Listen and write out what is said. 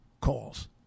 calls